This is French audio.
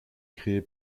créé